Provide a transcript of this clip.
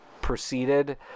proceeded